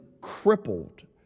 crippled